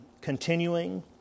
continuing